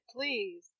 please